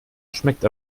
schmeckt